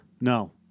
No